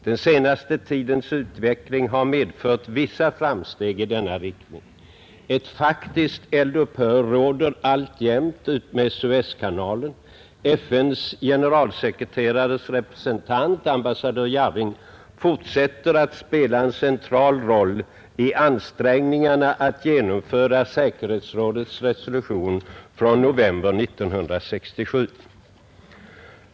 Den senaste tidens utveckling har medfört vissa framsteg i denna riktning. Ett faktiskt eldupphör råder alltjämt utmed Suezkanalen. FN:s generalsekreterares representant, ambassadör Jarring, fortsätter att spela en central roll i ansträngningarna att genomföra säkerhetsrådets resolution från november 1967.